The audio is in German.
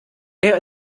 der